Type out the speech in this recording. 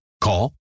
Call